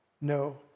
no